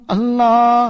Allah